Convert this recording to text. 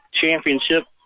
championship